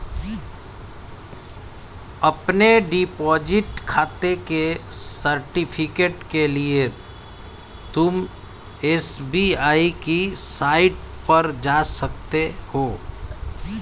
अपने डिपॉजिट खाते के सर्टिफिकेट के लिए तुम एस.बी.आई की साईट पर जा सकते हो